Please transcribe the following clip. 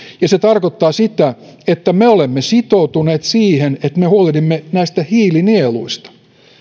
ja se tarkoittaa sitä että me olemme sitoutuneet siihen että me huolehdimme näistä hiilinieluista